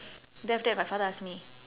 then after that my father ask me